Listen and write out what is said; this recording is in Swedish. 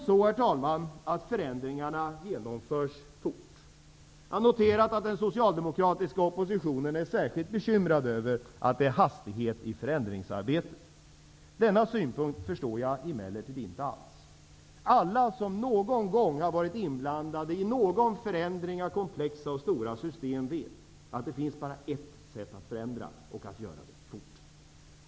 Det är dessutom så att förändringarna genomförs fort. Jag har noterat att den socialdemokratiska oppositionen är särskilt bekymrad över att det är hastighet i förändringsarbetet. Denna synpunkt förstår jag emellertid inte alls. Alla som någon gång har varit inblandade i en förändring av komplexa och stora system vet att det bara finns ett sätt att förändra, nämligen att göra det fort.